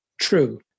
true